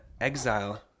exile